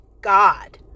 God